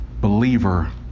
believer